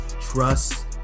trust